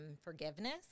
forgiveness